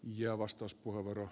arvoisa puhemies